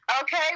Okay